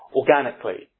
organically